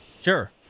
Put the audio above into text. Sure